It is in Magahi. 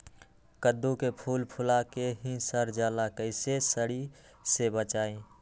कददु के फूल फुला के ही सर जाला कइसे सरी से बचाई?